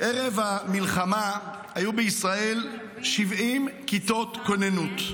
ערב המלחמה היו בישראל 70 כיתות כוננות.